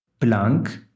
blank